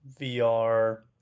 VR